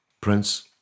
Prince